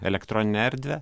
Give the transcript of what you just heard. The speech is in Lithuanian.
elektroninę erdvę